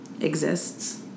exists